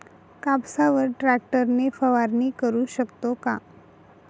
कापसावर ट्रॅक्टर ने फवारणी करु शकतो का?